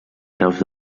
graus